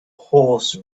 horse